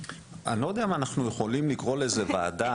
אני לא יודע אם אנחנו יכולים לקרוא לזה ועדה.